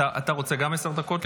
גם אתה רוצה עשר דקות?